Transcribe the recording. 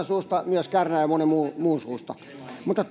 suusta myös kärnän ja monen muun muun suusta mutta